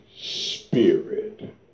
Spirit